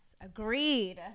Agreed